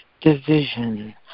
division